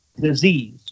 disease